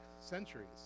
centuries